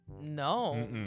no